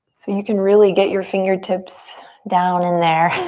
so you can really get your fingertips down and there.